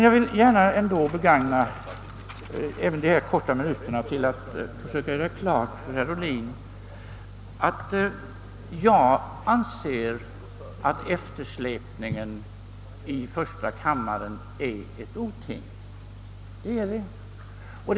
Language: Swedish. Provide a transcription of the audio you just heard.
Jag vill först begagna dessa få minuter till att söka göra klart för herr Ohlin att jag anser att eftersläpningen i första kammaren är ett otyg.